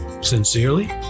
Sincerely